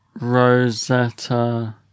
Rosetta